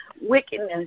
wickedness